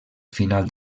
final